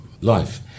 life